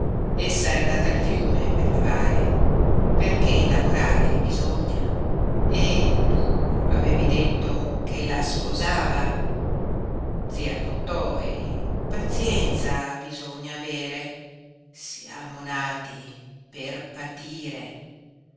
essa è andata al fiume per lavare perché lavorare bisogna e tu avevi detto che la sposava zia pottoi pazienza bisogna avere siamo nati per patire